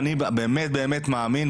אני באמת מאמין,